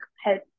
help